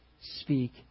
speak